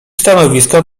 stanowisko